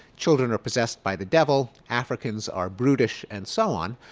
children are possessed by the devil, africans are brutish, and so on.